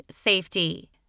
Safety